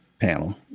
panel